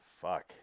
fuck